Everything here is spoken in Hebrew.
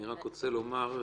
אני רק רוצה לומר,